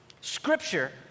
Scripture